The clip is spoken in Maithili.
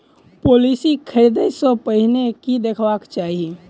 पॉलिसी खरीदै सँ पहिने की देखबाक चाहि?